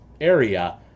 area